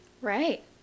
Right